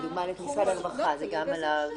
במשרד הרווחה, למשל,